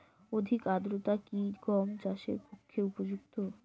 অধিক আর্দ্রতা কি গম চাষের পক্ষে উপযুক্ত?